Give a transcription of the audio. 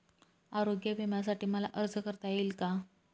आरोग्य विम्यासाठी मला अर्ज करता येईल का?